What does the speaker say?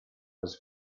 was